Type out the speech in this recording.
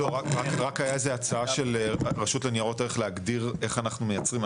רק הייתה איזו הצעה של רשות לניירות ערך להגדיר איך אנחנו מייצרים,